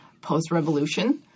post-revolution